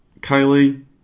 Kylie